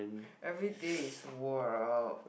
everyday is work